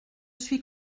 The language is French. suis